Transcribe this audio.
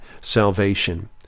salvation